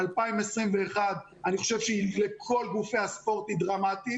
הרי שאת 2021 אני חושב שלכל גופי הספורט היא דרמטית